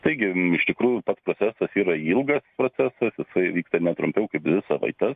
taigi iš tikrųjų pats procesas yra ilgas procesas jisai vyksta ne trumpiau kaip dvi savaites